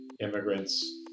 immigrants